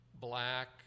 black